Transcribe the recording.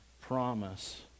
promise